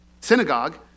synagogue